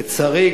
לצערי,